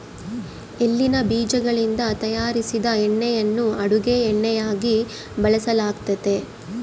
ಎಳ್ಳಿನ ಬೀಜಗಳಿಂದ ತಯಾರಿಸಿದ ಎಣ್ಣೆಯನ್ನು ಅಡುಗೆ ಎಣ್ಣೆಯಾಗಿ ಬಳಸಲಾಗ್ತತೆ